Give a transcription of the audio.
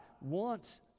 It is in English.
wants